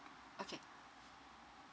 okay